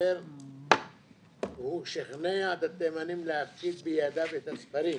בספר והוא שכנע את התימנים להפקיד בידיו את הספרים.